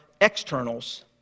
externals